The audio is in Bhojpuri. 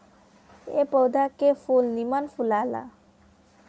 ए पौधा के फूल निमन फुलाला